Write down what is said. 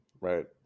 Right